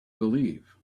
believe